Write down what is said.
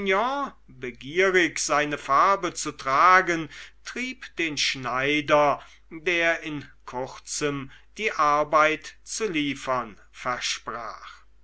begierig seine farbe zu tragen trieb den schneider der in kurzem die arbeit zu liefern versprach